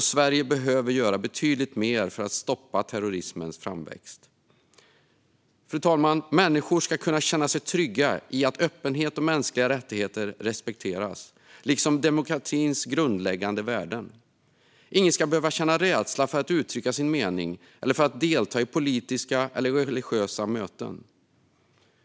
Sverige behöver göra betydligt mer för att stoppa terrorismens framväxt. Fru talman! Människor ska kunna känna sig trygga i att öppenhet och mänskliga rättigheter liksom demokratins grundläggande värden respekteras. Ingen ska behöva känna rädsla för att uttrycka sin mening eller för att delta i politiska eller religiösa möten.